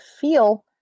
feel